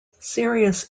serious